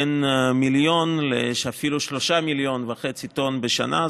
בין מיליון לאפילו 3.5 מיליון טון בשנה,